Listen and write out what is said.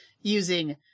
using